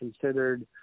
considered